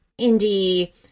indie